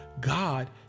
God